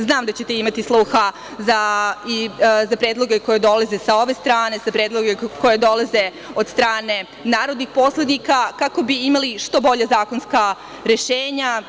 Znam da ćete imati sluha za predloge koji dolaze sa ove strane, za predloge koji dolaze od strane narodnih poslanika kako bi imali što bolja zakonska rešenja.